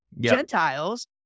gentiles